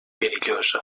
perillosa